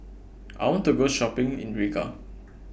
I want to Go Shopping in Riga